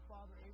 Father